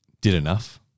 did-enough